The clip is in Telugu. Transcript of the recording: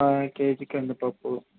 అర కేజీ కందిపప్పు